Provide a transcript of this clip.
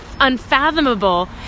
unfathomable